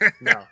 No